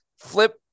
flip